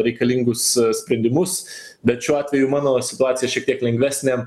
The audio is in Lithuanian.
reikalingus sprendimus bet šiuo atveju mano situacija šiek tiek lengvesnė